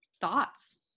thoughts